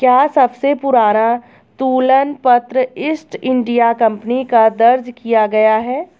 क्या सबसे पुराना तुलन पत्र ईस्ट इंडिया कंपनी का दर्ज किया गया है?